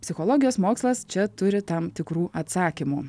psichologijos mokslas čia turi tam tikrų atsakymų